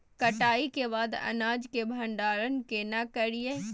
कटाई के बाद अनाज के भंडारण केना करियै?